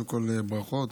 קודם כול, ברכות.